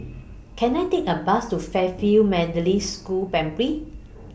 Can I Take A Bus to Fairfield Methodist School Primary